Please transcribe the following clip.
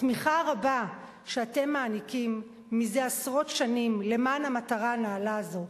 התמיכה הרבה שאתם מעניקים זה עשרות שנים למען המטרה הנעלה הזאת,